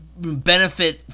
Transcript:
benefit